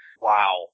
Wow